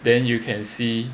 then you can see